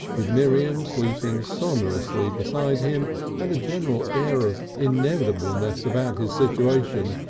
with miriam sleeping sonorously beside him and a general air of inevitableness about his situation,